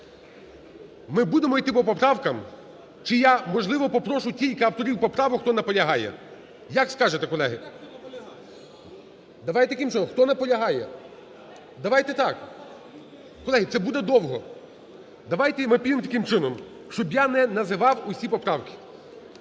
Ми будемо йти по поправках, чи я, можливо, попрошу кілька авторів поправок, хто наполягає? Як скажете, колеги? Давайте таким чином. Хто наполягає? Давайте так. (Шум у залі) Колеги, це буде довго. Давайте ми підемо таким чином, щоб я не називав усі поправки.